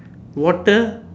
water